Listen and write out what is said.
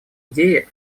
идеи